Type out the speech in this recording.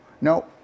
No